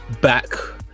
back